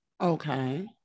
Okay